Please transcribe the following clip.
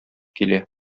килә